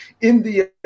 India